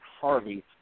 Harvey